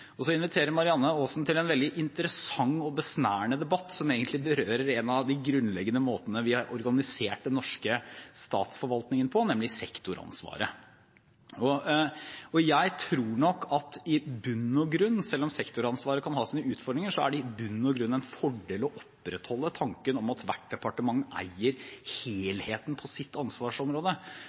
Så inviterer Marianne Aasen til en veldig interessant og besnærende debatt som egentlig berører en av de grunnleggende måtene vi har organisert den norske statsforvaltningen på, nemlig sektoransvaret. Jeg tror at selv om sektoransvaret kan ha sine utfordringer, er det i bunn og grunn en fordel å opprettholde tanken om at hvert departement eier helheten på sitt ansvarsområde,